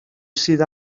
sydd